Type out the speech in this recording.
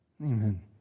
Amen